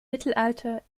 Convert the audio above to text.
mittelalter